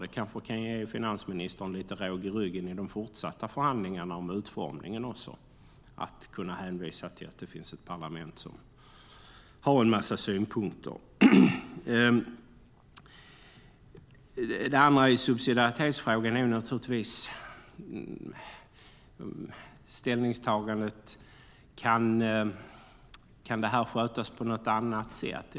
Det kanske kan ge finansministern lite råg i ryggen i de fortsatta förhandlingarna om utformningen också, att kunna hänvisa till att det finns ett parlament som har en massa synpunkter. Det andra i subsidiaritetsfrågan är naturligtvis ställningstagandet: Kan det här skötas på något annat sätt?